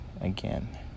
again